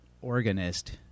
organist